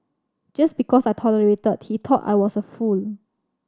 just because I tolerated he thought I was a fool